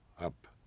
up